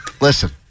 listen